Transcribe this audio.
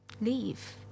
leave